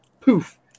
poof